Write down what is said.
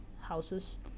houses